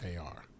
ar